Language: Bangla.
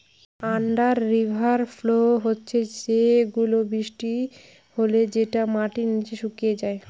আন্ডার রিভার ফ্লো হচ্ছে সেগুলা বৃষ্টি হলে যেটা মাটির নিচে শুকিয়ে যায়